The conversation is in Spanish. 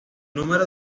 número